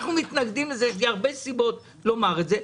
אנחנו מתנגדים לזה ויש לי הרבה סיבות לומר את זה.